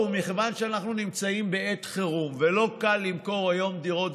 מכיוון שאנחנו נמצאים בעת חירום ולא קל למכור היום דירות,